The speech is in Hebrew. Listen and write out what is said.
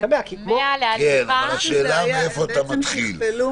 השאלה איפה אתה מתחיל.